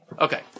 Okay